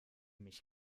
mich